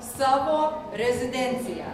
savo rezidenciją